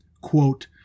quote